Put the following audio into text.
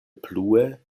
plue